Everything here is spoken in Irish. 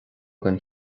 den